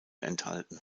enthalten